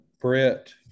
Brett